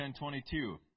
10.22